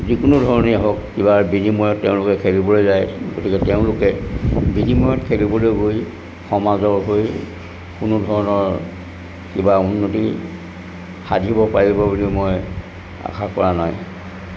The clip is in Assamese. যিকোনো ধৰণেই হওক কিবা বিনিময়ত তেওঁলোকে খেলিবলৈ যায় গতিকে তেওঁলোকে বিনিময়ত খেলিবলৈ গৈ সমাজৰ হৈ কোনো ধৰণৰ কিবা উন্নতি সাধিব পাৰিব বুলি মই আশা কৰা নাই